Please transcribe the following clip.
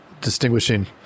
distinguishing